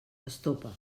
estopa